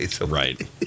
Right